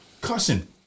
cussing